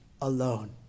alone